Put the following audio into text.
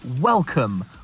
welcome